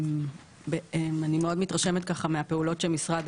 אני מאוד מתרשמת מהפעולות שמשרד